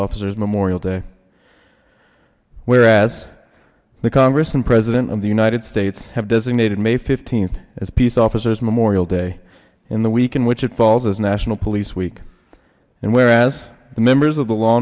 officers memorial day whereas the congress and president of the united states have designated may th as peace officers memorial day and the week in which it falls as national police week and whereas the members of the law